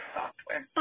software